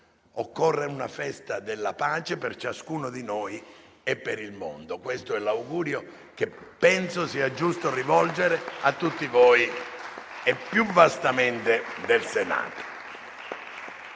occorre una festa della pace per ciascuno di noi e per il mondo. Questo è l'augurio che penso sia giusto rivolgere a tutti voi e più vastamente del Senato.